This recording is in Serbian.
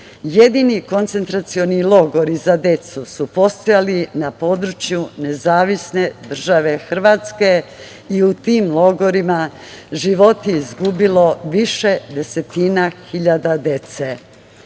Jedini koncentracioni logori za decu su postojali na području NDH i u tim logorima živote je izgubilo više desetina hiljada dece.